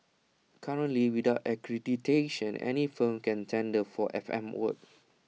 currently without accreditation any firm can tender for F M work